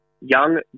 Young